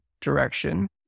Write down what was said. direction